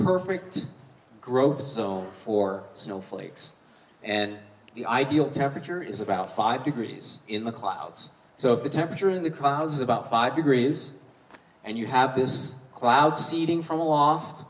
perfect growth zone for snowflakes and the ideal temperature is about five degrees in the clouds so if the temperature in the cause is about five degrees and you have this cloud seeding from alo